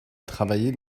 travailler